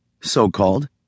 so-called